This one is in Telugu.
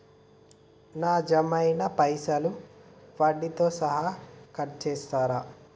నా జమ అయినా పైసల్ వడ్డీతో సహా కట్ చేస్తరా?